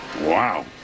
wow